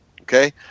okay